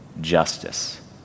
justice